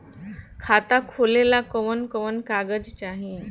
खाता खोलेला कवन कवन कागज चाहीं?